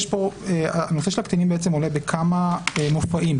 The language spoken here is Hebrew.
שהנושא של הקטינים עולה בכמה מופעים,